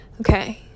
okay